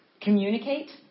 communicate